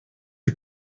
you